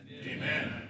amen